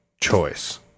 choice